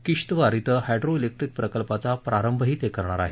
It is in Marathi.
किश्तवार क्वें हायड्रो त्रिक्ट्रीक प्रकल्पाचा प्रारंभही ते करणार आहेत